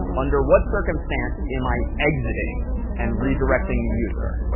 under what circumstance am i exiting and redirecting the user,